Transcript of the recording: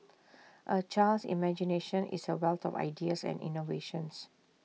A child's imagination is A wealth of ideas and innovations